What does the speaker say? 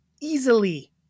easily